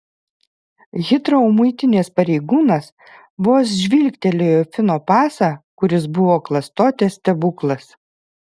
hitrou muitinės pareigūnas vos žvilgtelėjo į fino pasą kuris buvo klastotės stebuklas